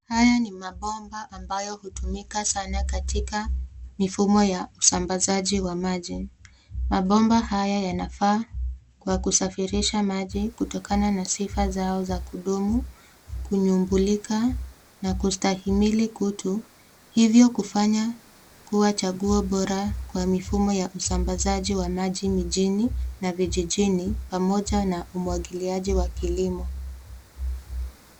Haya ni mabomba ambayo hutumika sana katika mifumo ya usambazaji wa maji. Mabomba haya yanafaa kwa kusafirisha maji kutokana na sifa zao za kudumu, kunyumbulika, na kustahimili kutu, hivyo kufanya kuwa chaguo bora kwa mifumo ya usambazaji wa maji mijini na vijijini pamoja na umwagiliaji wa kilimo.